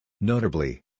Notably